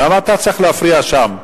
למה אתה צריך להפריע שם?